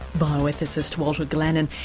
bioethicist walter glannon,